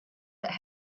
that